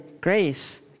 grace